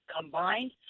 combined